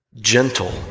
gentle